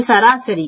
இது சராசரி